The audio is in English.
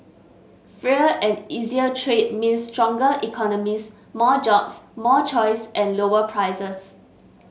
freer and easier trade means stronger economies more jobs more choice and lower prices